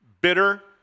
bitter